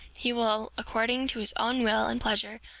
he will, according to his own will and pleasure,